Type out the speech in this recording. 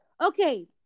Okay